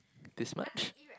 this much